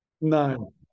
no